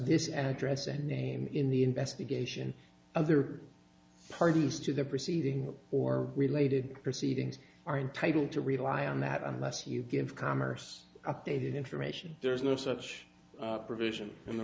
this address and name in the investigation other parties to the proceeding or related proceedings are entitled to rely on that unless you give commerce updated information there's no such provision in the